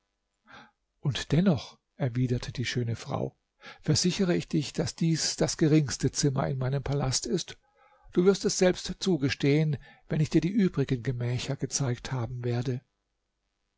und dennoch erwiderte die schöne frau versichere ich dich daß dies das geringste zimmer in meinem palast ist du wirst es selbst zugestehen wenn ich dir die übrigen gemächer gezeigt haben werde